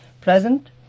present